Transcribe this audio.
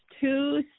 two